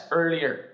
earlier